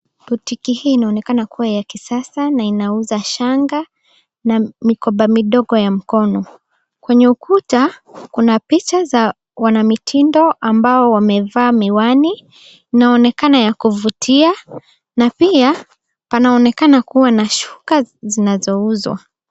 Botiki hii inakana kuwa yakisasa na inauza shanga na mikoba midogo ya mikono. Kwenye ukuta, kuna picha za wanamitindo ambao umevaa miwani, unekana ya kufutia, na pia panaonekana kuwa nashuka zinazouzwa.